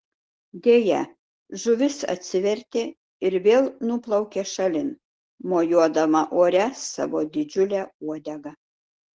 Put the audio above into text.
deja žuvis atsivertė ir vėl nuplaukė šalin mojuodama ore savo didžiule uodega